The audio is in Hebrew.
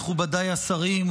מכובדיי השרים,